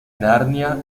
narnia